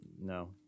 no